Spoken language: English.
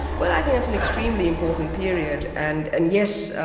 well i think that's an extremely important period, and and yes,